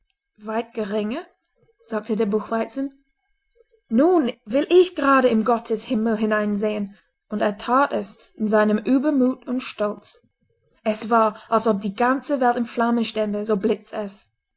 weit geringer sagte der buchweizen nun will ich gerade in gottes himmel hineinsehen und er that es in seinem übermut und stolz es war als ob die ganze welt in flammen stände so blitzte es